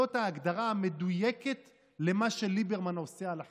זאת ההגדרה המדויקת למה שליברמן עושה על החלשים.